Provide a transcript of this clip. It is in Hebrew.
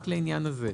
רק לעניין הזה.